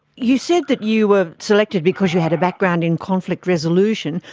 you said that you were selected because you had a background in conflict resolution.